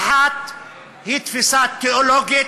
האחת היא תפיסה תיאולוגית,